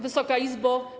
Wysoka Izbo!